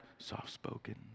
Soft-spoken